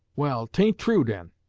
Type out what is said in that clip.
well, tain't true, den.